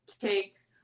cakes